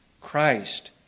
Christ